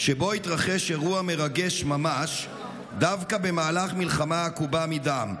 שבו התרחש אירוע מרגש ממש דווקא במהלך מלחמה עקובה מדם.